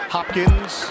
Hopkins